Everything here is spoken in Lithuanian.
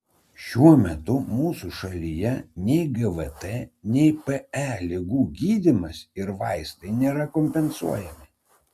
šiuo metu mūsų šalyje nei gvt nei pe ligų gydymas ir vaistai nėra kompensuojami